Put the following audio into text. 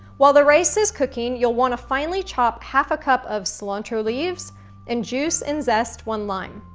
while the rice is cooking, you'll wanna finely chop half a cup of cilantro leaves and juice and zest one lime.